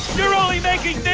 you're only making